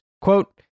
quote